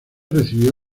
recibió